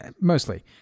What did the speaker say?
mostly